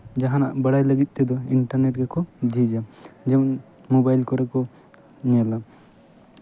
ᱡᱟᱦᱟᱸᱱᱟᱜ ᱵᱟᱲᱟᱭ ᱞᱟᱹᱜᱤᱫ ᱛᱮᱫᱚ ᱤᱱᱴᱟᱨᱱᱮᱴ ᱜᱮᱠᱚ ᱡᱷᱤᱡᱽᱼᱟ ᱡᱮᱢᱚᱱ ᱢᱳᱵᱟᱭᱤᱞ ᱠᱚᱨᱮ ᱠᱚ ᱧᱮᱞᱟ